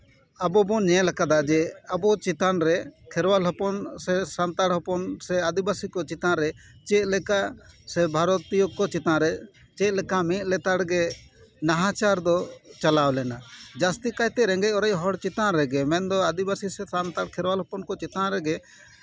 ᱟᱵᱚ ᱵᱚᱱ ᱧᱮᱞ ᱠᱟᱫᱟ ᱡᱮ ᱟᱵᱚ ᱪᱮᱛᱟᱱ ᱨᱮ ᱠᱷᱮᱨᱣᱟᱞ ᱦᱚᱯᱚᱱ ᱥᱮ ᱥᱟᱱᱛᱟᱲ ᱦᱚᱯᱚᱱ ᱥᱮ ᱟᱹᱫᱤᱵᱟᱹᱥᱤ ᱠᱚ ᱪᱮᱛᱟᱱ ᱨᱮ ᱪᱮᱫ ᱞᱮᱠᱟ ᱥᱮ ᱵᱷᱟᱨᱚᱛᱤᱭᱟᱹ ᱠᱚ ᱪᱮᱛᱟᱱ ᱨᱮ ᱪᱮᱫ ᱞᱮᱠᱟ ᱢᱤᱫ ᱞᱮᱛᱟᱲ ᱜᱮ ᱱᱟᱦᱟᱪᱟᱨ ᱫᱚ ᱪᱟᱞᱟᱣ ᱞᱮᱱᱟ ᱡᱟᱹᱥᱛᱤ ᱠᱟᱭᱛᱮ ᱨᱮᱸᱜᱮᱡ ᱚᱨᱮᱡ ᱦᱚᱲ ᱪᱮᱛᱟᱱ ᱨᱮᱜᱮ ᱢᱮᱱᱫᱚ ᱟᱹᱫᱤᱵᱟᱹᱥᱤ ᱥᱮ ᱥᱟᱱᱛᱟᱲ ᱠᱷᱮᱨᱣᱟᱞ ᱦᱚᱯᱚᱱ ᱠᱚ ᱪᱮᱛᱟᱱ ᱨᱮᱜᱮ